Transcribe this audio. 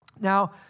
Now